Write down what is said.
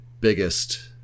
biggest